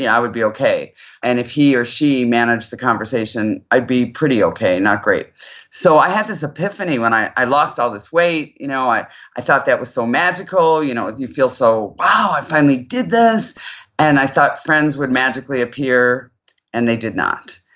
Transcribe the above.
yeah i would be okay and if he or she managed the conversation, i'd be pretty okay, not great so i had this epiphany when i i lost all this weight, you know i i thought that was so magical, you know you feel so wow, i finally did this and i thought friends would magically appear and they did not.